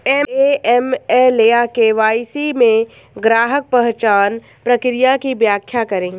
AML या KYC में ग्राहक पहचान प्रक्रिया की व्याख्या करें?